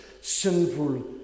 sinful